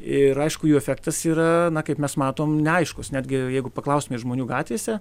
ir aišku jų efektas yra kaip mes matom neaiškus netgi jeigu paklaustumei žmonių gatvėse